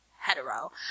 hetero